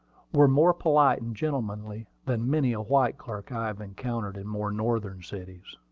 were more polite and gentlemanly than many a white clerk i have encountered in more northern cities.